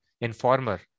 informer